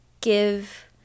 give